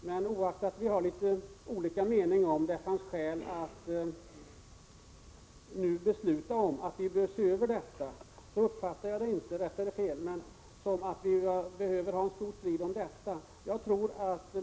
Men oaktat att vi har litet olika meningar om huruvida det finns skäl att nu besluta om att se över frågan uppfattar jag det inte som att vi behöver ha en stor strid om detta.